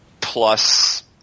plus